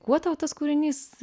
kuo tau tas kūrinys